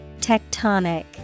Tectonic